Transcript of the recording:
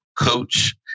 coach